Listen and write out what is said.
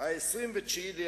ממש היה קשה, אבל,